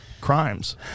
crimes